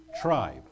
tribe